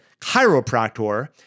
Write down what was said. chiropractor